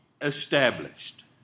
established